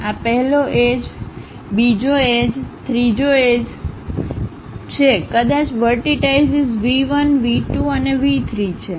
આ પહેલો એજ 2 જી એજ 3 જી એજ છે કદાચ વર્ટિટાઈશીસ વી 1 વી 2 અને વી 3 છે